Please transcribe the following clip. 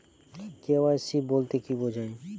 KYC বলতে কি বোঝায়?